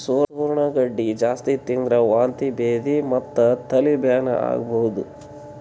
ಸೂರಣ ಗಡ್ಡಿ ಜಾಸ್ತಿ ತಿಂದ್ರ್ ವಾಂತಿ ಭೇದಿ ಮತ್ತ್ ತಲಿ ಬ್ಯಾನಿ ಆಗಬಹುದ್